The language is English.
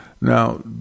Now